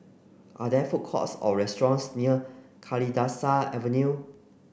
are there food courts or restaurants near Kalidasa Avenue